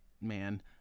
man